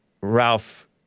Ralph